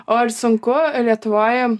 o ar sunku lietuvoj